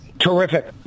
Terrific